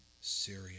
Syria